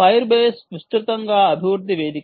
fire base విస్తృతంగా అభివృద్ధి వేదిక